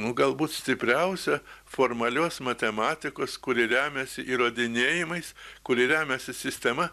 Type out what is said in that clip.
nu galbūt stipriausią formalios matematikos kuri remiasi įrodinėjimais kuri remiasi sistema